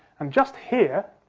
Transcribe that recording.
and just here,